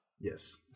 Yes